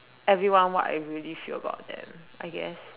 everyone what I really feel about them I guess